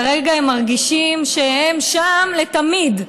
כרגע הם מרגישים שהם שם לתמיד.